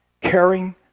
Caring